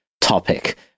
topic